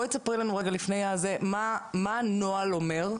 בואי תספרי לנו רגע מה הנוהל אומר,